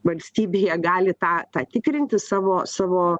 valstybėje gali tą tą tikrinti savo savo